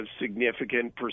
significant